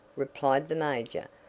replied the major.